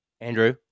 Andrew